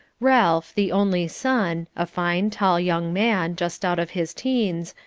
ralph, the only son, a fine, tall young man, just out of his teens,